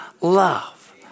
love